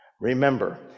Remember